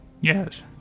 Yes